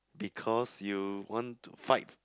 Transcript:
because you want to fight